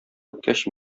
беткәч